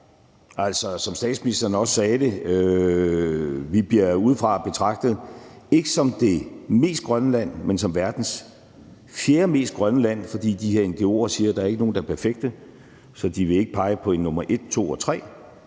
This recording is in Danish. gang. Som statsministeren også sagde, bliver vi udefra betragtet ikke som det mest grønne land, men som verdens fjerdemest grønne land, fordi de her ngo'er siger, at der ikke er nogen, der er perfekte, så de vil ikke pege på en nummer et, to og